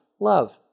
love